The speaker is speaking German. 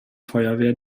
feuerwehr